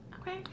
okay